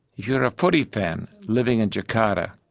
you are a footy fan living in jakarta,